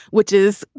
which is,